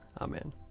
Amen